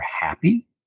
happy